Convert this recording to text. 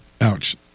Ouch